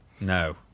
no